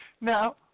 Now